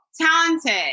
talented